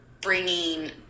bringing